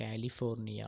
California